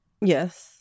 Yes